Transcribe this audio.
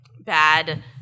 bad